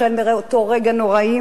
החל מאותו רגע נוראי